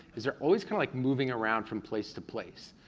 is they're always kind of moving around from place to place,